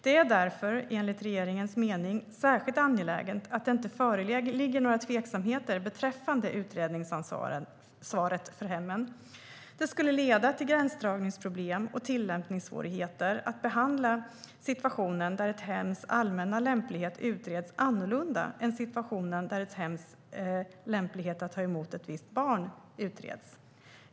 Det är därför enligt regeringens mening särskilt angeläget att det inte föreligger några tveksamheter beträffande utredningsansvaret för hemmen. Det skulle leda till gränsdragningsproblem och tillämpningssvårigheter att behandla situationen där ett hems allmänna lämplighet utreds annorlunda än situationen där ett hems lämplighet att ta emot ett visst barn utreds.